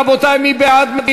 רבותי, מי בעד?